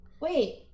Wait